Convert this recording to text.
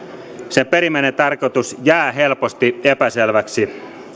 sen perimmäinen tarkoitus jää helposti epäselväksi